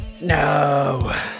No